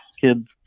kids